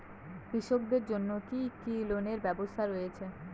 কৃষকদের জন্য কি কি লোনের ব্যবস্থা রয়েছে?